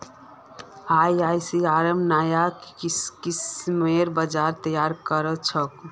ICAR नाया किस्मेर बीज तैयार करछेक